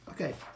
Okay